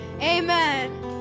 amen